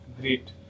great